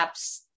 apps